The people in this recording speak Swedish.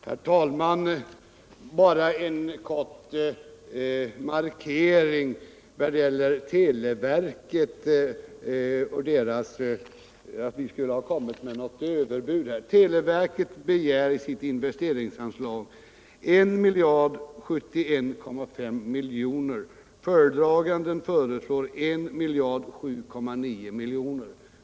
Herr talman! Bara en kort markering när det gäller frågan om vi skulle ha lagt fram ett överbud beträffande televerket. Televerket begär för sitt investeringsanslag 1 071,5 milj.kr. Föredraganden föreslår 1 007,9 miljoner.